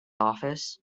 office